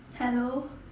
hello